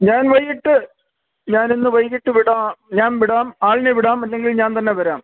ഞാൻ വൈകിട്ട് ഞാൻ ഇന്ന് വൈകിട്ട് വിടാൻ ഞാൻ വിടാം ആളിനെ വിടാം അല്ലെങ്കിൽ ഞാൻ തന്നെ വരാം